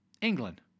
England